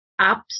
apps